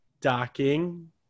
Docking